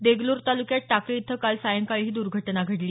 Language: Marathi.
देगलूर तालुक्यात टाकळी इथं काल सायंकाळी ही दुर्घटना घडली